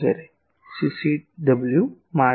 વગેરે CCW માટે